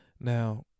Now